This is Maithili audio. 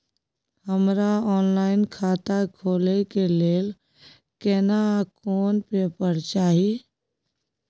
हमरा ऑनलाइन खाता खोले के लेल केना कोन पेपर चाही?